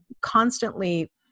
constantly